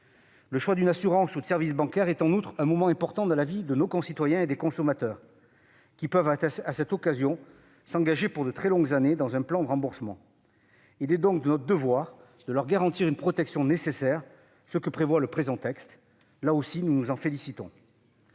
le choix d'une assurance ou de services bancaires est un moment important dans la vie de nos concitoyens et des consommateurs, qui peuvent à cette occasion s'engager pour de très longues années dans un plan de remboursement. Il est donc de notre devoir de leur garantir une protection nécessaire, ce que prévoit le présent texte. Là aussi, nous nous en félicitons.